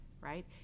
right